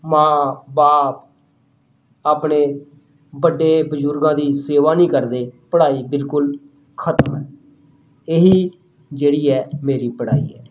ਮਾਂ ਬਾਪ ਆਪਣੇ ਵੱਡੇ ਬਜ਼ੁਰਗਾਂ ਦੀ ਸੇਵਾ ਨਹੀਂ ਕਰਦੇ ਪੜ੍ਹਾਈ ਬਿਲਕੁਲ ਖ਼ਤਮ ਹੈ ਇਹੀ ਜਿਹੜੀ ਹੈ ਮੇਰੀ ਪੜ੍ਹਾਈ ਹੈ